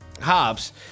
Hobbs